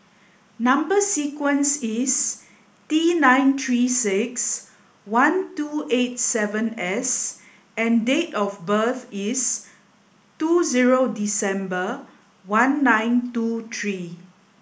number sequence is T nine three six one two eight seven S and date of birth is two zero December one nine two three